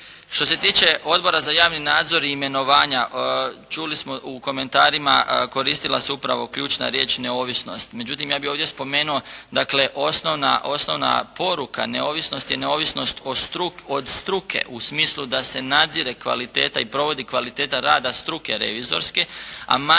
Što se tiče odbora za javni nadzor i imenovanja, čuli smo u komentarima koristila se upravo ključna riječ: "neovisnost". Međutim ja bih ovdje spomenuo, dakle osnovna poruka neovisnosti je neovisnost od struke u smislu da se nadzire kvaliteta i provodi kvaliteta rada struke revizorske,